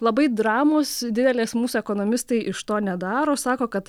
labai dramos didelės mūsų ekonomistai iš to nedaro sako kad